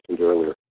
earlier